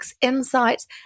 insights